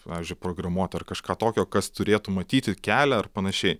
pavyzdžiui programuot ar kažką tokio kas turėtų matyti kelią ar panašiai